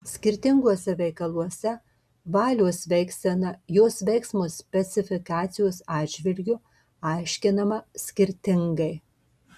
skirtinguose veikaluose valios veiksena jos veiksmo specifikacijos atžvilgiu aiškinama skirtingai